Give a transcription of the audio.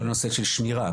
כל נושא של שמירה,